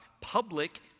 public